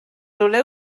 rhywle